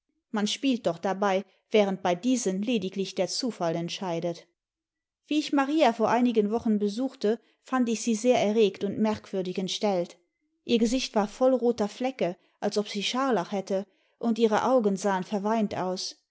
man spielt doch dabei während bei diesen lediglich der zufall entscheidet wie ich maria vor einigen wochen besuchte fand ich sie sehr erregt und merkwürdig entstellt ihr gesicht war voll roter flecke als ob sie scharlach hätte und ihre augen sahen verweint aus